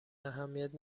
اهمیت